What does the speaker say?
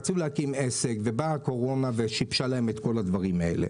רצו להקים עסק ובאה הקורונה ושבשה להם את כל הדברים האלה.